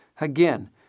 Again